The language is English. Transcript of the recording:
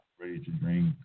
ready-to-drink